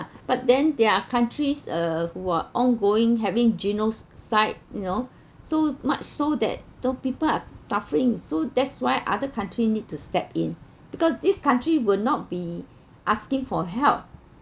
but then there are countries uh who are ongoing having genocide you know so much so that the people are suffering so that's why other country need to step in because this country will not be asking for help